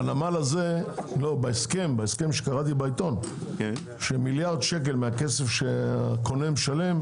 בהסכם שקראתי בעיתון שמיליארד שקל מהכסף שהקונה משלם,